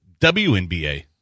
WNBA